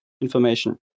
information